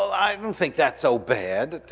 i don't think that's so bad.